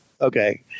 Okay